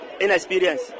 inexperience